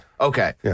Okay